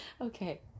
okay